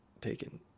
taken